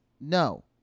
No